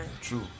True